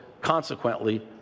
consequently